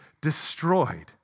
destroyed